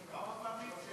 כמה פעמים?